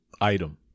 item